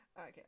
okay